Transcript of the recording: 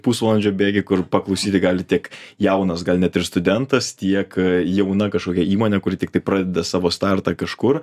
pusvalandžio bėgyje kur paklausyti gali tiek jaunas gal net ir studentas tiek jauna kažkokia įmonė kuri tiktai pradeda savo startą kažkur